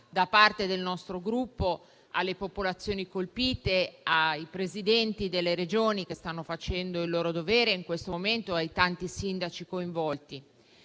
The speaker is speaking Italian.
da parte del nostro Gruppo alle popolazioni colpite, ai Presidenti delle Regioni, che stanno facendo il loro dovere in questo momento, ai tanti sindaci coinvolti.